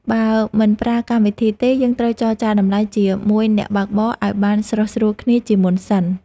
បើមិនប្រើកម្មវិធីទេ យើងត្រូវចរចាតម្លៃជាមួយអ្នកបើកបរឱ្យបានស្រុះស្រួលគ្នាជាមុនសិន។